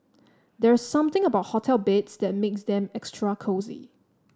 there's something about hotel beds that makes them extra cosy